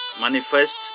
manifest